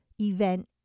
event